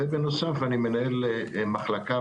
ובנוסף אני מנהל מחלקה,